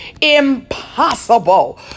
impossible